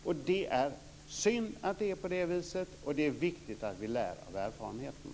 Och det är synd att det är på det viset, och det är viktigt att vi lär av erfarenheterna.